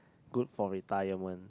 good for retirement